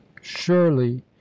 surely